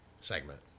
segment